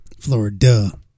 Florida